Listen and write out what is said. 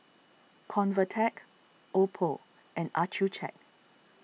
Convatec Oppo and Accucheck